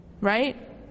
Right